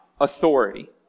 authority